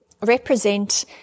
represent